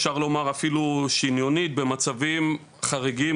אפשר לומר אפילו שניונית במצבים חריגים,